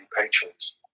patrons